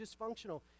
dysfunctional